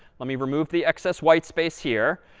let me remove the excess white space here.